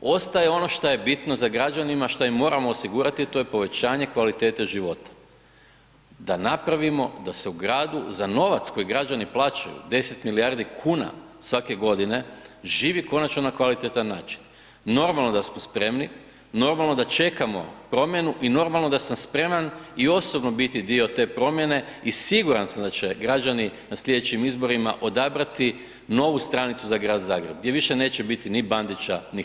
ostaje ono što je bitno za građanima, šta im moramo osigurati, to je povećanje kvalitete života, da napravimo da se u gradu za novac koji građani plaćaju 10 milijardi kuna svake godine živi konačno na kvalitetan način, normalno da smo spremni, normalno da čekamo promjenu i normalno da sam spreman i osobno biti dio te promjene i siguran sam da će građani na slijedećim izborima odabrati novu stranicu za Grad Zagreb gdje više neće biti ni Bandića, ni HDZ-a, hvala vam lijepo.